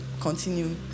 continue